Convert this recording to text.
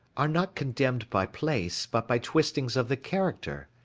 are not condemned by place, but by twistings of the character.